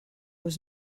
was